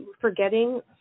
forgetting